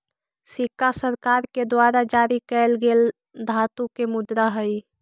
सिक्का सरकार के द्वारा जारी कैल गेल धातु के मुद्रा हई